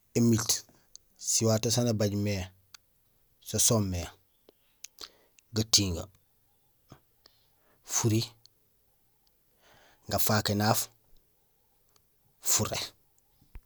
Ēmiit siwato saan émaaj mé so soomé: gatiŋee, furi, gafaak, énaaf, furé.